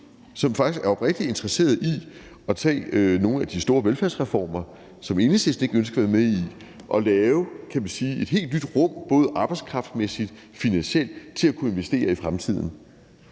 som faktisk er oprigtigt interesseret i nogle af de store velfærdsreformer, som Enhedslisten ikke ønsker at være med i, og lave et helt nyt rum, kan man sige, både arbejdskraftsmæssigt og finansielt, til at kunne investere i fremtiden.